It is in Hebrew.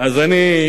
אני,